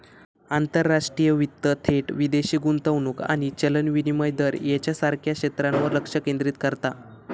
आंतरराष्ट्रीय वित्त थेट विदेशी गुंतवणूक आणि चलन विनिमय दर ह्येच्यासारख्या क्षेत्रांवर लक्ष केंद्रित करता